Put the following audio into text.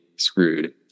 screwed